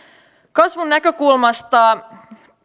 kasvun näkökulmasta